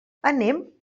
anem